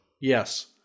Yes